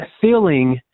feeling